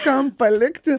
kam palikti